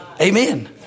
Amen